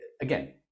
again